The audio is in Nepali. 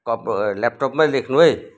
कप ह ल्यापटपमै लेख्नु है